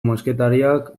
mosketariak